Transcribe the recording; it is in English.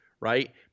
right